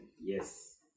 Yes